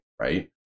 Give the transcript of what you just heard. right